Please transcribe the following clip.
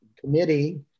committee